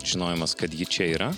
žinojimas kad ji čia yra